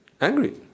angry